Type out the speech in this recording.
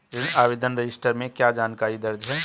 ऋण आवेदन रजिस्टर में क्या जानकारी दर्ज है?